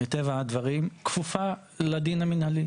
שמטבע הדברים כפופה לדין המנהלי.